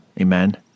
Amen